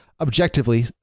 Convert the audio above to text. objectively